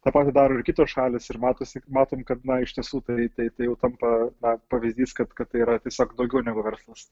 tą patį daro ir kitos šalys ir matosi matom kad na iš tiesų tai tai tai jau tampa na pavyzdys kad kad tai yra tiesiog daugiau negu verslas